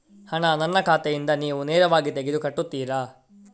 ಹಣ ನನ್ನ ಖಾತೆಯಿಂದ ನೀವು ನೇರವಾಗಿ ತೆಗೆದು ಕಟ್ಟುತ್ತೀರ?